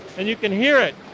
and you can hear it!